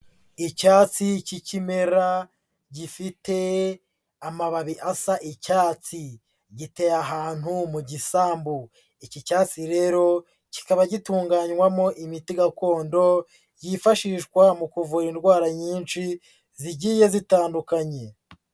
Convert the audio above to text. Icyatsi cy'ikimera gifite amababi asa icyatsi, giteye ahantu mu gisambu, iki cyatsi rero kikaba gitunganywamo imiti gakondo yifashishwa mu kuvura indwara nyinshi zigiye zitandukanye.